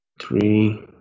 three